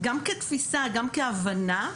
גם כתפיסה גם כהבנה,